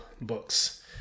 books